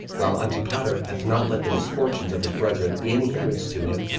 while antipater hath not let the misfortunes of his brethren be any hinderance to him,